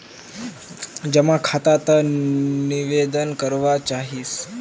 जमा खाता त निवेदन करवा चाहीस?